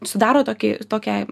sudaro tokį tokią